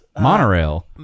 monorail